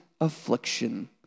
affliction